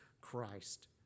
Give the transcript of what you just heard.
Christ